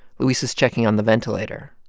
luis is checking on the ventilator.